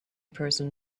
person